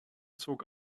zog